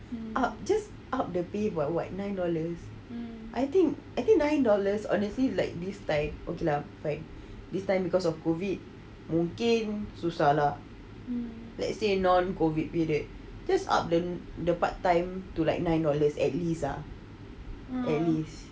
up just up the pay by what nine dollars I think I think nine dollars honestly like this time okay lah fine this time because of COVID mungkin susahlah let's say non COVID period just up the the part time to like nine dollars at least ah at least